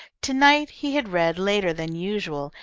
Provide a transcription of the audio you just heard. to-night he had read later than usual,